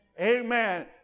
Amen